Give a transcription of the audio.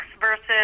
versus